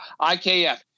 IKF